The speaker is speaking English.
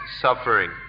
suffering